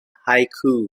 haiku